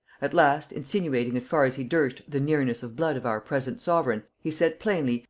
at last, insinuating as far as he durst the nearness of blood of our present sovereign, he said plainly,